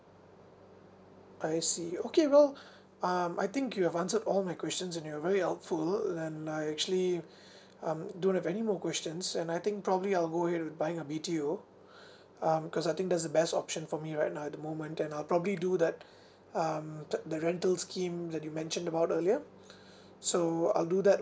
I see okay well um I think you've answered all my questions and you are very helpful and I actually um don't have any more questions and I think probably I'll go ahead with uh buying a B_T_O um because I think that's the best option for me right now at the moment and I'll probably do that um that the rental scheme that you mentioned about earlier so I'll do that